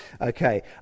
okay